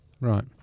Right